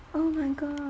oh my god